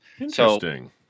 Interesting